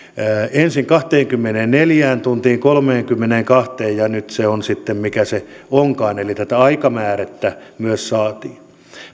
ensin kahteenkymmeneenneljään tuntiin kolmeenkymmeneenkahteen ja nyt se on sitten mikä se onkaan eli tätä aikamäärettä myös saatiin